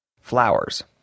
flowers